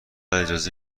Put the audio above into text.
اجازه